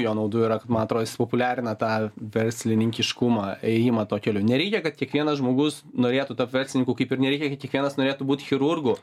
jo naudų yra kad man atrodo jis populiarina tą verslininkiškumą ėjimą tuo keliu nereikia kad kiekvienas žmogus norėtų to pensininkų kaip ir nereikia kiekvienas norėtų būti chirurgu